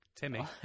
Timmy